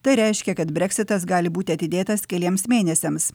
tai reiškia kad breksitas gali būti atidėtas keliems mėnesiams